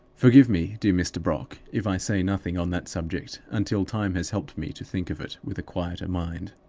forgive me, dear mr. brock, if i say nothing on that subject until time has helped me to think of it with a quieter mind.